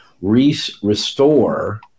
Restore